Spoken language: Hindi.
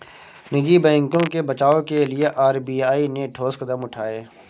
निजी बैंकों के बचाव के लिए आर.बी.आई ने ठोस कदम उठाए